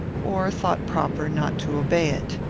or thought proper not to obey it.